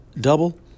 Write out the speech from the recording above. double